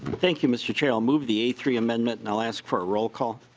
thank you mr. chair i move the a three amendment and ask for a rollcall.